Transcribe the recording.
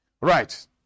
Right